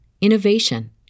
innovation